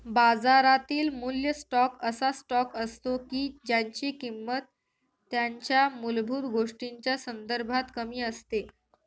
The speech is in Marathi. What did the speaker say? बाजारातील मूल्य स्टॉक असा स्टॉक असतो की ज्यांची किंमत त्यांच्या मूलभूत गोष्टींच्या संदर्भात कमी असते